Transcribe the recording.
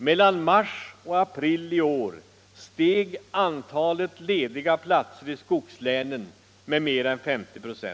Mellan mars och april i år steg antalet lediga platser i skogslänen med mer än 50 96.